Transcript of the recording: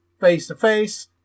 face-to-face